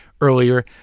earlier